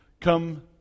come